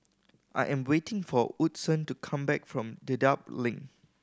I am waiting for Woodson to come back from Dedap Link